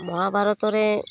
ମହାଭାରତରେ